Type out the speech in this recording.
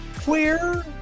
queer